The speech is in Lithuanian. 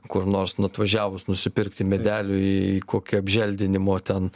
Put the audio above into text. kur nors atvažiavus nusipirkti medelių į kokį apželdinimo ten